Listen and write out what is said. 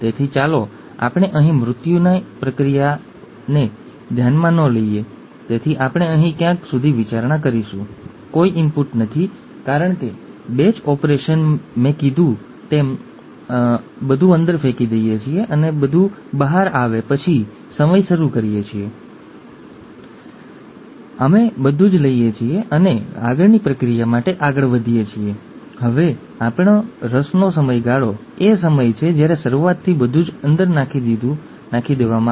કેટલાંક પાસાં એવાં છે જે યોગ્ય રીતે લક્ષણો નક્કી કરે છે અને જો તમે આ સમજો છો તો તમે અમુક અંશે આગાહી કરી શકો છો કે શું થશે